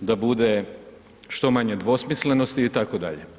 da bude što manje dvosmislenosti itd.